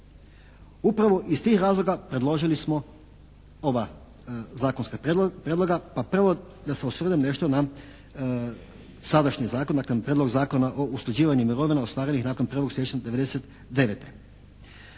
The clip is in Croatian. Upravo iz tih razloga predložili smo ovaj zakonski prijedlog, pa prvo da se osvrnem nešto na sadašnji zakon, dakle prijedlog zakona o usklađivanju mirovina ostvarenih nakon 1. siječnja 99.